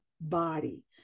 body